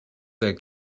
that